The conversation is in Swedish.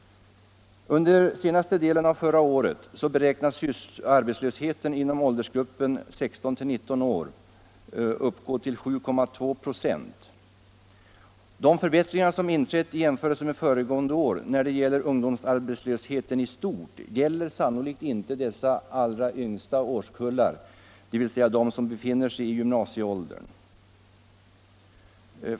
Under den senaste delen av förra året beräknades arbetslösheten inom åldersgruppen 16-19 år uppgå till 7,2 96. De förbättringar som inträtt i jämförelse med föregående år beträffande ungdomsarbetslösheten i stort gäller sannolikt inte de allra yngsta årskullarna, dvs. de som befinner sig i gymnasieåldern.